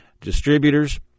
distributors